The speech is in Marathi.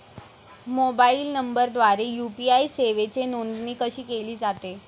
मोबाईल नंबरद्वारे यू.पी.आय सेवेची नोंदणी कशी केली जाते?